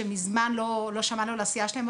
שמזמן לא שמענו על העשייה שלהם,